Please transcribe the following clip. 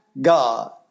God